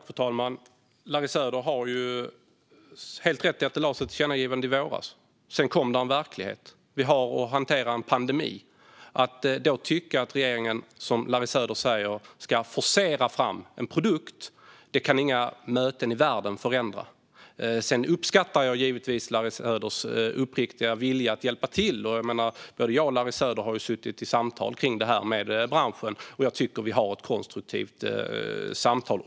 Fru talman! Larry Söder har helt rätt i att det riktades ett tillkännagivande i våras. Sedan kom det en verklighet; vi har att hantera en pandemi. Man kan då tycka att regeringen, som Larry Söder säger, ska forcera fram en produkt. Men detta kan inga möten i världen förändra. Sedan uppskattar jag givetvis Larry Söders uppriktiga vilja att hjälpa till. Både jag och Larry Söder har suttit i samtal om det här med branschen, och jag tycker att vi har ett konstruktivt samtal.